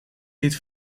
dit